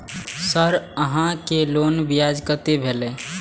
Sir यहां के loan ब्याज कतेक भेलेय?